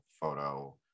photo